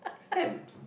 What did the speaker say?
stamps